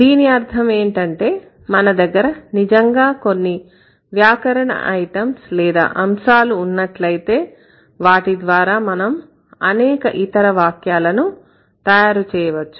దీని అర్థం ఏంటంటే మన దగ్గర నిజంగా కొన్ని వ్యాకరణ ఐటమ్స్ లేదా అంశాలు ఉన్నట్లయితే వాటి ద్వారా మనం అనేక ఇతర వాక్యాలను తయారు చేయొచ్చు